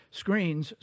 screens